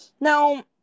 Now